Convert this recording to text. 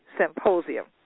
symposium